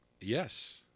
Yes